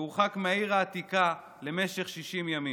והוא הורחק מהעיר העתיקה למשך 60 ימים.